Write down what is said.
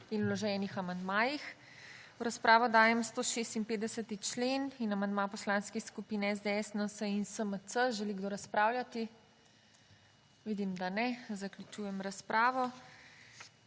in vloženih amandmajih. V razpravo dajem 156. člen in amandma Poslanskih skupin SDS, NSi in SMC. Želi kdo razpravljati? (Ne.) Vidim, da ne. Zaključujem razpravo.